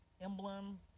emblem